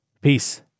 Peace